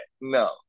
No